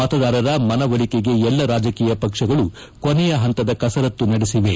ಮತದಾರರ ಮನವೊಲಿಕೆಗೆ ಎಲ್ಲಾ ರಾಜಕೀಯ ಪಕ್ಷಗಳು ಕೊನೆಯ ಹಂತದ ಕಸರತ್ತು ನಡೆಸಿವೆ